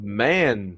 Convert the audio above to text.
man